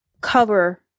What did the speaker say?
cover